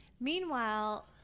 Meanwhile